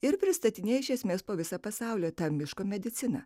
ir pristatinėja iš esmės po visą pasaulį miško mediciną